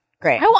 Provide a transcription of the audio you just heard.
Great